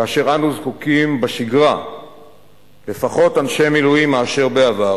כאשר אנחנו זקוקים בשגרה לפחות אנשי מילואים מאשר בעבר,